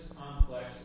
complex